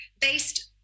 based